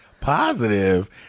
positive